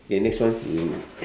okay next one you